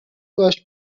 باش